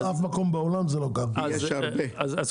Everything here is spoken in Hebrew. באף מקום בעולם זה לא --- קודם כל,